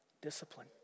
discipline